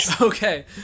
Okay